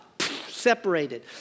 Separated